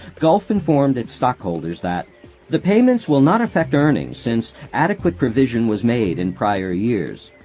gulf informed its stockholders that the payments will not affect earnings since adequate provision was made in prior years.